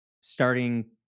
starting